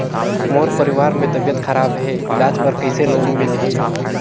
मोर परवार मे तबियत खराब हे इलाज बर कइसे लोन मिलही?